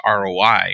ROI